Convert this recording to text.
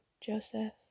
Joseph